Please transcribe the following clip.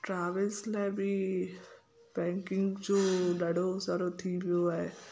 travels लाइ बि banking जो ॾाढो सारो थी वियो आहे